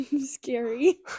Scary